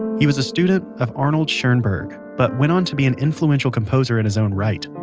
he was a student of arnold schoenberg, but went on to be an influential composer in his own right.